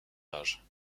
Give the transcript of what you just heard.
âge